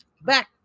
Back